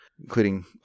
Including